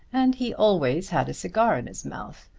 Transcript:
and he always had a cigar in his mouth.